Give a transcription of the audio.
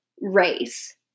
race